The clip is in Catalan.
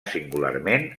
singularment